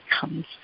comes